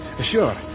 Sure